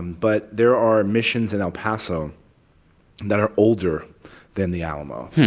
but there are missions in el paso that are older than the alamo.